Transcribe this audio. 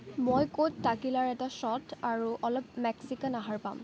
মই ক'ত টাকিলাৰ এটা শ্বট আৰু অলপ মেক্সিকান আহাৰ পাম